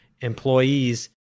employees